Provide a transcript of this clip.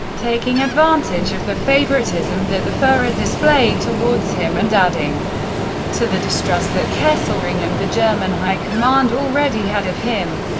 taking advantage of the favoritism that the fuhrer displayed towards him and adding to the distrust that kesselring and the german high command already had of him.